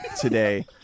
today